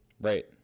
Right